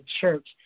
church